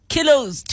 Kilos